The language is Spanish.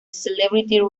celebrity